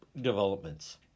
developments